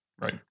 right